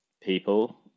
people